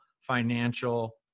financial